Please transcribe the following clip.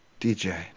DJ